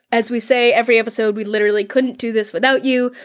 as we say every episode, we literally couldn't do this without you.